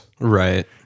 right